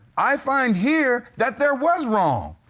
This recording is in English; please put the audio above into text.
i find here that there was wrong.